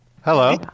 Hello